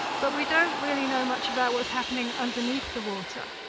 but we don't really know much about what's happening underneath the water.